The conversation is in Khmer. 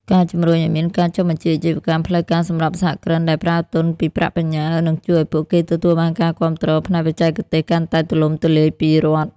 ការជំរុញឱ្យមានការចុះបញ្ជីអាជីវកម្មផ្លូវការសម្រាប់សហគ្រិនដែលប្រើទុនពីប្រាក់បញ្ញើ នឹងជួយឱ្យពួកគេទទួលបានការគាំទ្រផ្នែកបច្ចេកទេសកាន់តែទូលំទូលាយពីរដ្ឋ។